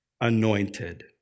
anointed